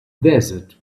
desert